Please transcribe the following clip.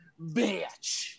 bitch